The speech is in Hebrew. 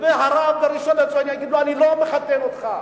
והרב הראשון-לציון יגיד לו: אני לא מחתן אותך.